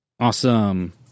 Awesome